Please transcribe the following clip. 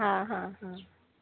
हां हां हां